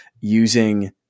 using